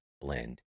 blend